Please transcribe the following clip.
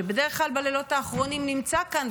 שבדרך כלל בלילות האחרונים נמצא כאן,